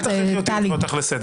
טלי, אל תכריחי אותי לקרוא אותך לסדר.